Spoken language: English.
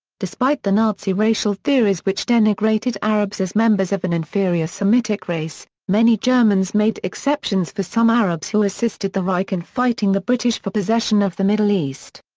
despite the nazi racial theories which denigrated arabs as members of an inferior semitic race, many germans made exceptions for some arabs who assisted the reich in and fighting the british for possession of the middle east.